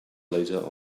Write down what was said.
later